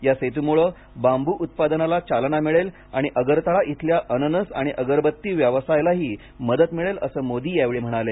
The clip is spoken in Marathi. या सेतूमुळे बांबू उत्पादनाला चलना मिळेल आणि अगरतळा इथल्या अननस आणि अगरबत्ती व्यवसायालाही मदत मिळेल असं मोदी यावेळी म्हणाले